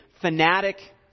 fanatic